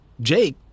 Jake